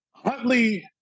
Huntley